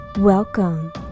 Welcome